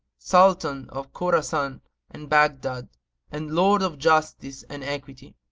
sultan of khorasan and baghdad and lord of justice and equity